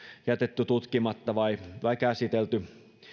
jätetty tutkimatta vai vai käsitelty